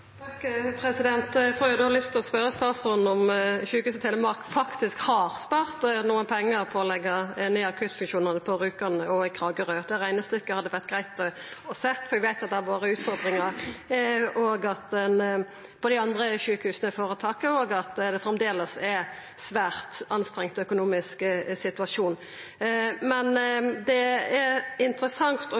Eg får da lyst til å spørja statsråden om Sjukehuset Telemark faktisk har spart nokre pengar på å leggja ned akuttfunksjonane på Rjukan og i Kragerø. Det reknestykket hadde det vore greitt å ha sett, for eg veit at det har vore utfordringar òg ved dei andre sjukehusføretaka, og at det framleis er ein svært pressa økonomisk situasjon. Men det er interessant